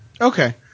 Okay